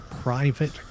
private